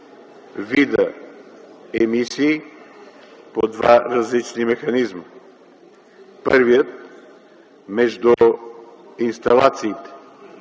вида емисии по два различни механизма. Първият, между инсталациите,